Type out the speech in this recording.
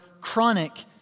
chronic